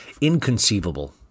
inconceivable